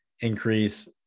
increase